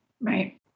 Right